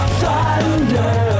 thunder